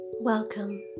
Welcome